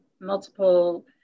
multiple